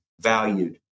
valued